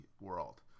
world